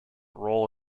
role